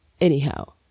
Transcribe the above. anyhow